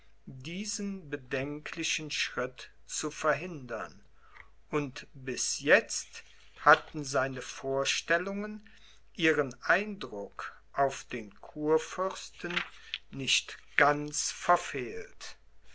diesen bedenklichen schritt zu verhindern und bis jetzt hatten seine vorstellungen ihren eindruck auf den kurfürsten nicht ganz verfehlt